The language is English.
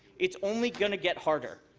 it's only going to get harder.